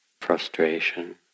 frustration